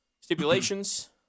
Stipulations